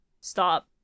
Stop